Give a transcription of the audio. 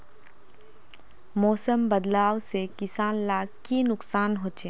मौसम बदलाव से किसान लाक की नुकसान होचे?